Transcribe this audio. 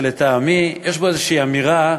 שלטעמי יש בו איזושהי אמירה,